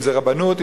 אם רבנות,